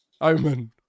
Omen